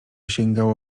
sięgało